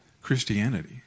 Christianity